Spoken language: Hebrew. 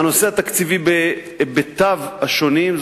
התקציבי בהיבטיו השונים,